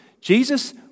Jesus